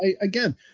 Again